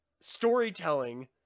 storytelling